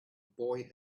boy